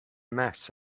mass